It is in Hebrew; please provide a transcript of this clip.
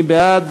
מי בעד?